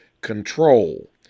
control